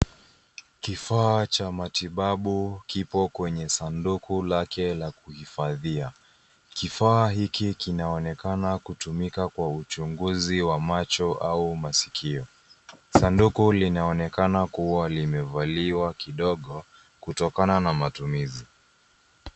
Kifaa cha matibabu kipo kwenye sanduku lake la kuhifadhia. Kifaa hiki kinaonekana kutumika kwa uchunguzi wa macho au masikio. Sanduku linaonekana kuwa limevaliwa kidogo kutokana na matumizi.